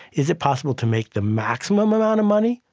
is it possible to make the maximum amount of money?